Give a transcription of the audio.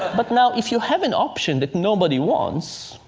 but now, if you have an option that nobody wants,